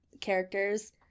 characters